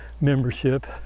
membership